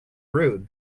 rude